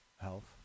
health